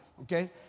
Okay